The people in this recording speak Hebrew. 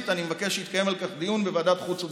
אני מבקש שיתקיים על כך דיון בוועדת החוץ והביטחון.